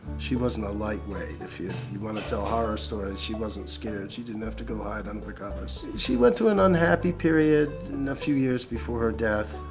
she wasn't a lightweight, if you you want to tell horror stories she wasn't scared, she didn't have to go hide under the covers. she went through an unhappy period, a few years before her death.